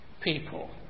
people